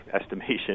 estimation